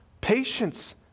patience